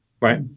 right